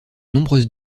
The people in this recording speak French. nombreuses